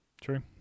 True